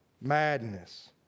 madness